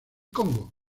congo